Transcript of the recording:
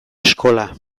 eskola